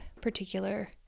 particular